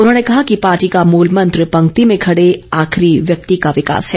उन्होंने कहा कि पार्टी का मूल मंत्र पंक्ति में खड़े आखिरी व्यक्ति का विकास है